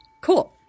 Cool